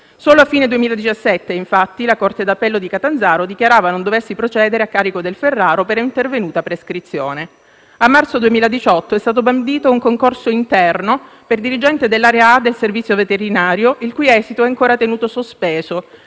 Solo a fine 2017, infatti, la Corte d'appello di Catanzaro dichiarava non doversi procedere a carico del Ferraro per intervenuta prescrizione. A marzo 2018 è stato bandito un concorso interno per dirigente nell'area A del servizio veterinario, il cui esito è ancora tenuto sospeso,